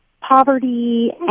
poverty